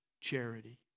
charity